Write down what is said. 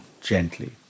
gently